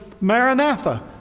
Maranatha